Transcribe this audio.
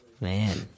Man